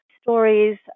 stories